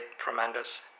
tremendous